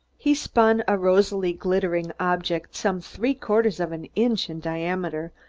he spun a rosily glittering object some three-quarters of an inch in diameter,